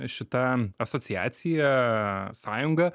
šita asociacija sąjunga